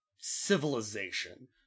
civilization